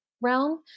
realm